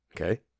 Okay